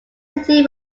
city